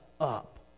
up